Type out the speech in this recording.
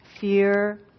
Fear